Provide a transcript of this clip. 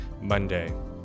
Monday